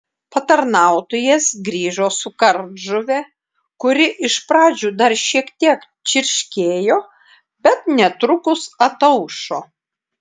patarnautojas grįžo su kardžuve kuri iš pradžių dar šiek tiek čirškėjo bet netrukus ataušo